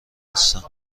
هستند